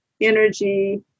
energy